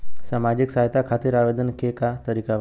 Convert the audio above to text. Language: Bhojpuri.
सामाजिक सहायता खातिर आवेदन के का तरीका बा?